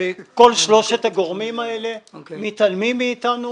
וכל שלושת הגורמים האלה מתעלמים מאתנו